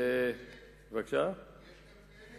יש גם כאלה?